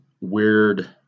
weird